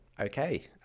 Okay